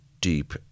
deep